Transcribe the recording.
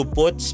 put